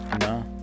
No